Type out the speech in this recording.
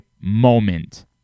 moment